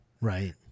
right